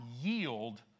yield